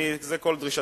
זו כל דרישתי.